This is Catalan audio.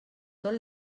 tot